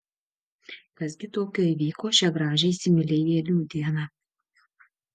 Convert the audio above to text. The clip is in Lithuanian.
kas gi tokio įvyko šią gražią įsimylėjėlių dieną